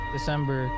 December